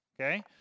okay